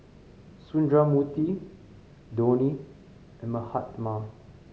Sundramoorthy Dhoni and Mahatma